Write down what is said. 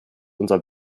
unser